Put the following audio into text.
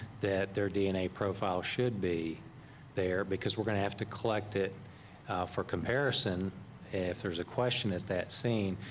that their dna profile should be there because we're gonna have to collect it for comparison if there's a question at that scene.